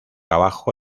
abajo